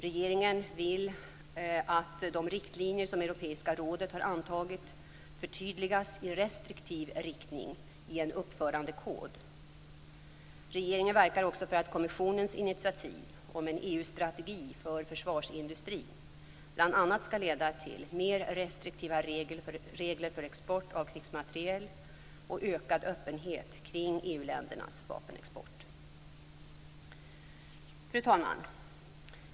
Regeringen vill att de riktlinjer som Europeiska rådet har antagit förtydligas i restriktiv riktning i en uppförandekod. Regeringen verkar också för att kommissionens initiativ om en EU-strategi för försvarsindustrin bl.a. skall leda till mer restriktiva regler för export av krigsmateriel och ökad öppenhet kring EU Fru talman!